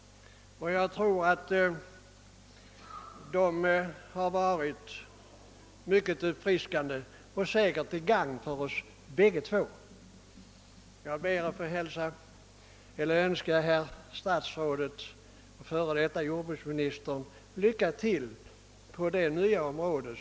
Jag tycker att de har varit mycket uppfriskande och säkerligen till gagn för oss båda. Jag ber att få önska före detta jordbruksministern lycka till på hans nya område.